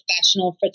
professional